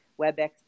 WebEx